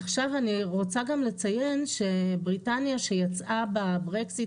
עכשיו אני רוצה גם לציין שבריטניה שיצאה בברקזיט